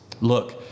Look